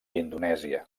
indonèsia